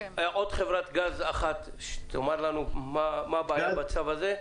עוד חברת גז אחת שתאמר לנו מה הבעיה עם הצו הזה.